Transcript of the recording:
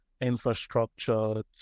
infrastructure